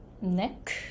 neck